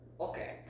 Okay